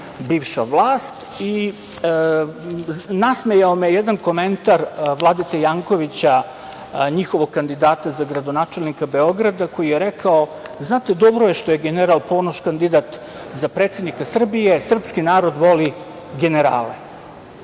bivša vlast i nasmejao me jedan komentar Vladete Jankovića, njihovog kandidata za gradonačelnika Beograda, koji je rekao – znate, dobro je što je general Ponoš kandidat za predsednika Srbije, jer srpski voli generale. Jeste,